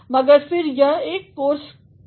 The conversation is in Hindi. मगर फिर यह एक कोर्स है